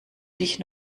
dich